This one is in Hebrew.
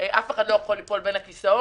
אף אחד לא יכול ליפול בין הכיסאות.